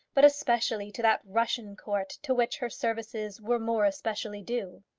but especially to that russian court to which her services were more especially due.